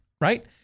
Right